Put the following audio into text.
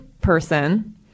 person